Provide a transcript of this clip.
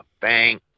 Bang